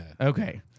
Okay